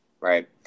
Right